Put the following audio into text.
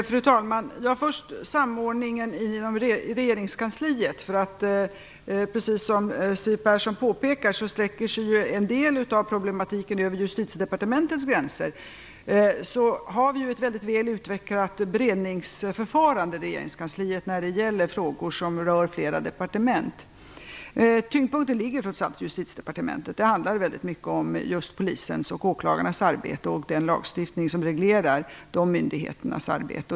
Fru talman! Först gällde det samordningen inom regeringskansliet. Precis som Siw Persson påpekar, sträcker sig en del av problematiken över Justitiedepartementets gränser. Vi har ett väl utvecklat beredningsförfarande i regeringskansliet när det gäller frågor som rör flera departement. Tyngdpunkten ligger trots allt i Justitiedepartementet. Det handlar mycket om just polisens och åklagarnas arbete och den lagstiftning som reglerar de myndigheternas arbete.